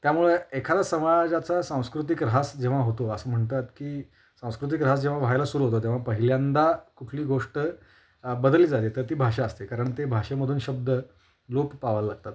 त्यामुळं एखादा समाजाचा सांस्कृतिक ऱ्हास जेव्हा होतो असं म्हणतात की सांस्कृतिक ऱ्हास जेव्हा व्हायला सुरू होतो तेव्हा पहिल्यांदा कुठली गोष्ट बदलली जाते तर ती भाषा असते कारण ते भाषेमधून शब्द लोप पावाय लागतात